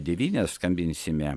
devynias skambinsime